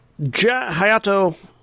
Hayato